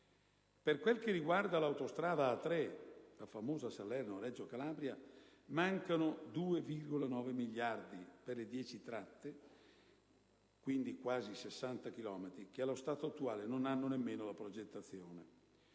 Per quel che riguarda l'autostrada A3, la famosa Salerno‑Reggio Calabria, mancano 2,9 miliardi per le dieci tratte (quindi quasi 60 chilometri) che allo stato attuale non hanno nemmeno la progettazione: